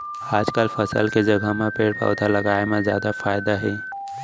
आजकाल फसल के जघा म पेड़ पउधा लगाए म जादा फायदा हे